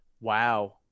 Wow